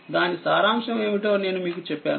దాని సారాంశం ఏమిటో నేను మీకు చెప్పాను